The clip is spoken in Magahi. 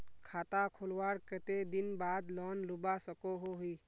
खाता खोलवार कते दिन बाद लोन लुबा सकोहो ही?